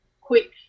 quick